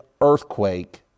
earthquake